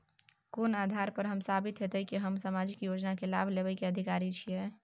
कोन आधार पर साबित हेते की हम सामाजिक योजना के लाभ लेबे के अधिकारी छिये?